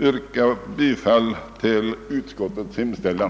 yrka bifall till utskottets hemställan.